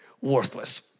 worthless